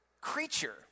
creature